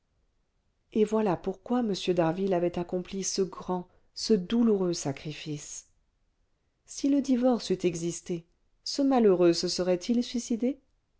et voilà pourquoi m d'harville avait accompli ce grand ce douloureux sacrifice si le divorce eût existé ce malheureux se serait-il suicidé